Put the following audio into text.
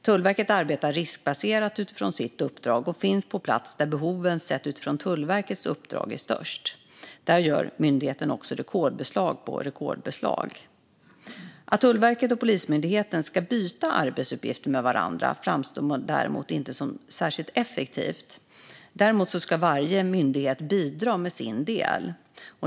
Tullverket arbetar riskbaserat utifrån sitt uppdrag och finns på plats där behoven sett utifrån Tullverkets uppdrag är störst. Där gör också myndigheten rekordbeslag efter rekordbeslag. Att Tullverket och Polismyndigheten ska byta arbetsuppgifter med varandra framstår däremot inte som särskilt effektivt. Däremot ska varje myndighet bidra med sin del.